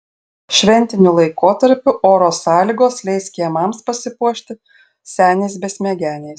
šventiniu laikotarpiu oro sąlygos leis kiemams pasipuošti seniais besmegeniais